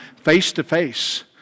face-to-face